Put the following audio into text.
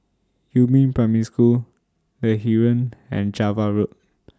Yumin Primary School The Heeren and Java Road